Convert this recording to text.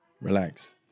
Relax